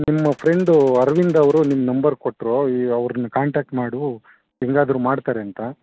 ನಿಮ್ಮ ಫ್ರೆಂಡು ಅರ್ವಿಂದ್ ಅವರು ನಿಮ್ಮ ನಂಬರ್ ಕೊಟ್ಟರು ಈ ಅವರ್ನ ಕಾಂಟಾಕ್ಟ್ ಮಾಡು ಹೆಂಗಾದ್ರು ಮಾಡ್ತಾರೆ ಅಂತ